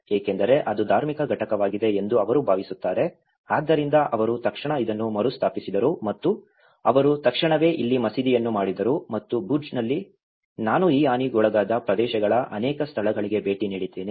ಏಕೆಂದರೆ ಅದು ಧಾರ್ಮಿಕ ಘಟಕವಾಗಿದೆ ಎಂದು ಅವರು ಭಾವಿಸುತ್ತಾರೆ ಆದ್ದರಿಂದ ಅವರು ತಕ್ಷಣ ಇದನ್ನು ಮರುಸ್ಥಾಪಿಸಿದರು ಮತ್ತು ಅವರು ತಕ್ಷಣವೇ ಇಲ್ಲಿ ಮಸೀದಿಯನ್ನು ಮಾಡಿದರು ಮತ್ತು ಭುಜ್ನಲ್ಲಿ ನಾನು ಈ ಹಾನಿಗೊಳಗಾದ ಪ್ರದೇಶಗಳ ಅನೇಕ ಸ್ಥಳಗಳಿಗೆ ಭೇಟಿ ನೀಡಿದ್ದೇನೆ